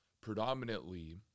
predominantly